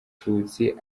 mututsi